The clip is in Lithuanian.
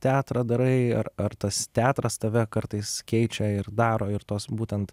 teatrą darai ar ar tas teatras tave kartais keičia ir daro ir tos būtent